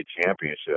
championship